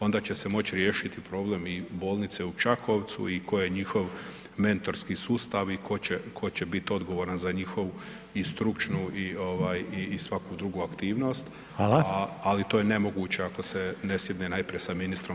Onda će se moći riješiti problem i bolnice u Čakovcu i koji je njihov mentorski sustav i ko će biti odgovoran za njihovu i stručnu i svaku drugu aktivnost ali to je nemoguće ako se ne sjedne najprije sa ministrom